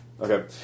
Okay